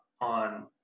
on